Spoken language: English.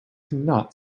cannot